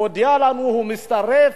הודיע לנו שהוא מצטרף